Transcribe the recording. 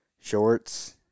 shorts